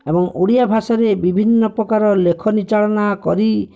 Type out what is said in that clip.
ଏବଂ ଓଡ଼ିଆ ଭାଷାରେ ବିଭିନ୍ନପ୍ରକାର ଲେଖନୀ ଚାଳନା କରି